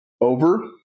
over